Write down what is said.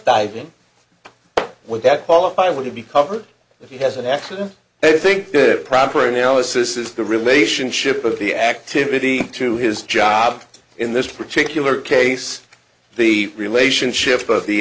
diving with that qualify would he be covered if he has an accident i think the proper analysis is the relationship of the activity to his job in this particular case the relationship of the